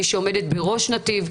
מי שעומדת בראש נתיב,